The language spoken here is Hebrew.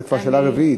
זו כבר שאלה רביעית.